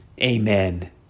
Amen